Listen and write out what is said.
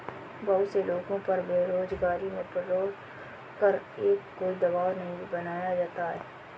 बहुत से लोगों पर बेरोजगारी में पेरोल कर का कोई दवाब नहीं बनाया जाता है